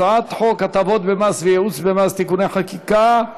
הצעת חוק הטבות במס וייעוץ במס (תיקוני חקיקה)